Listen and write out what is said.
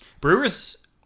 Brewers